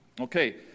Okay